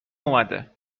اومده